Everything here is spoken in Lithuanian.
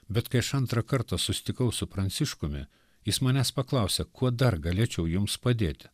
bet kai aš antrą kartą susitikau su pranciškumi jis manęs paklausė kuo dar galėčiau jums padėti